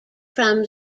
from